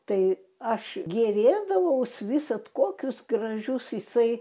tai aš gėrėdavaus visad kokius gražius jisai